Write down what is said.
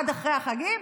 עד אחרי החגים,